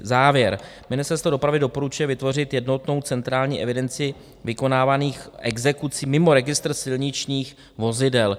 Závěr: Ministerstvo dopravy doporučuje vytvořit jednotnou centrální evidenci vykonávaných exekucí mimo registr silničních vozidel.